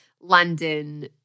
London